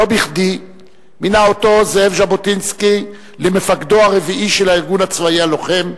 לא בכדי מינה אותו זאב ז'בוטינסקי למפקדו הרביעי של הארגון הצבאי הלוחם,